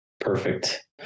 perfect